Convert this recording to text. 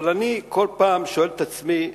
אבל אני כל פעם שואל את עצמי,